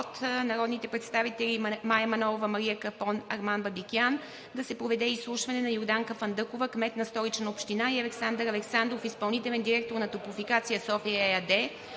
от народните представители Мая Манолова, Мария Капон, Арман Бабикян да се проведе изслушване на Йорданка Фандъкова – кмет на Столична община, и Александър Александров – изпълнителен директор на „Топлофикация София“ ЕАД